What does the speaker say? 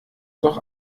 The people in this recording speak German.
doch